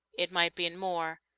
it might be in more,